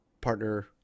partner